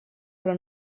però